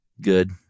Good